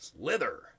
Slither